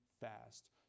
fast